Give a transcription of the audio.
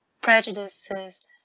prejudices